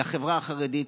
לחברה החרדית,